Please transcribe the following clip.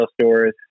stores